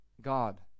God